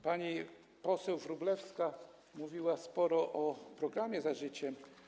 Pani poseł Wróblewska mówiła sporo o programie „Za życiem”